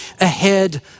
ahead